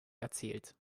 erzählt